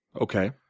Okay